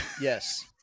yes